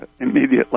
immediately